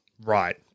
right-